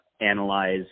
analyze